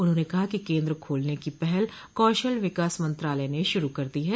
उन्होंने कहा कि केन्द्र खोलने की पहल कौशल विकास मंत्रालय ने शुरू कर दी है